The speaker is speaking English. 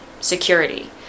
security